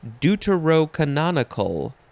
deuterocanonical